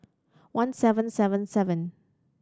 one seven seven seven